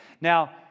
Now